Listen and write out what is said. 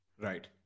Right